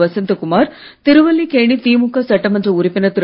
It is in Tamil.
வசந்தகுமார் திருவல்லிக்கேணி திமுக சட்டமன்ற உறுப்பினர் திரு